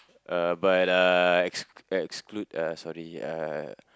uh but uh ex~ exclude uh sorry uh